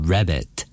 Rabbit